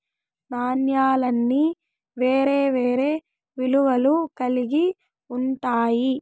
నాణాలన్నీ వేరే వేరే విలువలు కల్గి ఉంటాయి